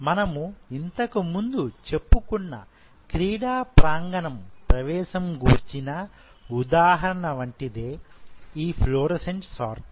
మనము ఇంతకు ముందు చెప్పుకున్న క్రీడా ప్రాంగణం ప్రవేశం గూర్చిన ఉదాహరణ వంటిదే ఈ ఫ్లోరోసెంట్ సార్టర్